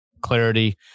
clarity